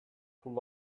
pull